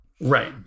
Right